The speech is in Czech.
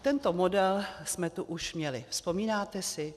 Tento model jsme tu už měli, vzpomínáte si?